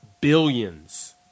billions